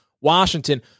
Washington